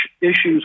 issues